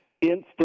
Instant